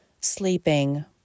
sleeping